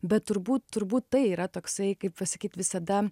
bet turbūt turbūt tai yra toksai kaip pasakyt visada